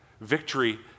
Victory